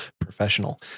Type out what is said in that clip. professional